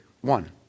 one